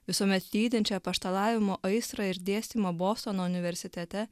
visuomet lydinčia apaštalavimo aistrą ir dėstymą bostono universitete